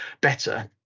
better